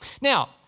Now